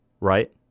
right